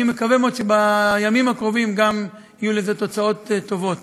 אני מקווה מאוד שבימים הקרובים גם יהיו לזה תוצאות טובות.